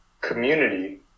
community